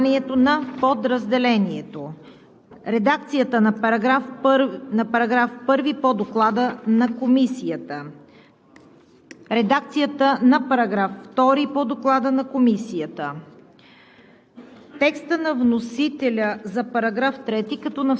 Подлагам на гласуване: текста на вносителя за наименованието на подразделението; редакцията на § 1 по Доклада на Комисията; редакцията на § 2 по Доклада на Комисията;